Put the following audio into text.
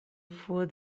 for